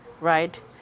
right